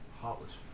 Heartless